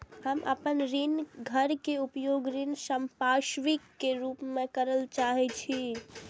हम अपन घर के उपयोग ऋण संपार्श्विक के रूप में करल चाहि छी